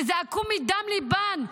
הן זעקו מדם ליבן.